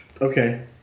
Okay